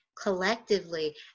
collectively